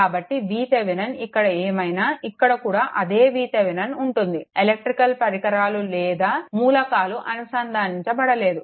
కాబట్టి VThevenin ఇక్కడ ఏమైనా ఇక్కడ కూడా అదే VThevenin ఉంటుంది ఎలక్ట్రికల్ పరికరాలు లేదా మూలకాలు అనుసంధానించబడలేదు